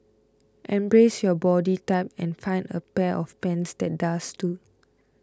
embrace your body type and find a pair of pants that does too